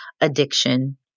addiction